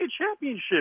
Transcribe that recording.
championship